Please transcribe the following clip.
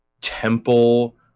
temple